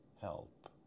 help